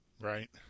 Right